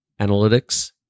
analytics